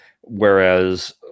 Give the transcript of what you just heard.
Whereas